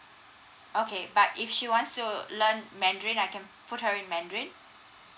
okay but if she wants to learn mandarin I can put her in mandarin